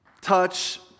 touch